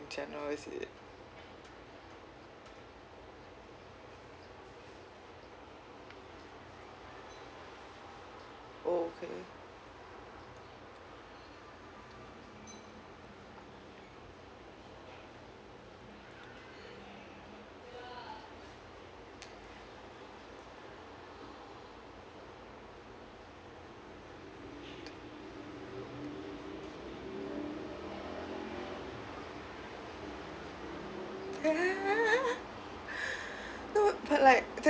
in general is it okay no but like